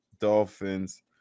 dolphins